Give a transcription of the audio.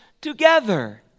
together